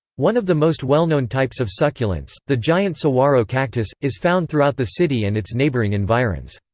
one of the most well-known types of succulents, the giant saguaro cactus, is found throughout the city and its neighboring environs.